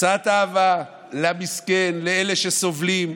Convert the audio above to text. קצת אהבה למסכן, לאלה שסובלים,